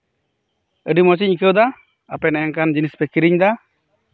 ᱟᱹᱰᱤ ᱢᱚᱸᱡ ᱤᱧ ᱟᱭᱠᱟᱹᱣ ᱮᱫᱟ ᱟᱯᱮ ᱱᱚᱝᱠᱟᱱ ᱡᱤᱱᱤᱥ ᱯᱮ ᱟᱹᱠᱷᱨᱤᱧ ᱮᱫᱟ